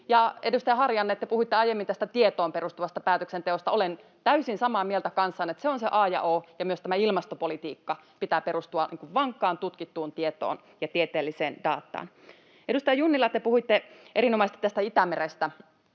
edustaja Harjanne, te puhuitte aiemmin tästä tietoon perustuvasta päätöksenteosta. Olen täysin samaa mieltä kanssanne, että se on se a ja o ja myös tämän ilmastopolitiikan pitää perustua vankkaan tutkittuun tietoon ja tieteelliseen dataan. Edustaja Junnila, te puhuitte erinomaisesti Itämerestä.